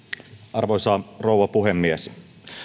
arvoisa rouva puhemies